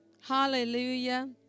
Hallelujah